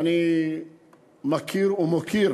ואני מכיר ומוקיר